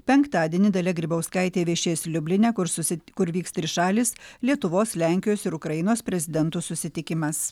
penktadienį dalia grybauskaitė viešės liubline kur susi kur vyks trišalis lietuvos lenkijos ir ukrainos prezidentų susitikimas